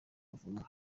kavumu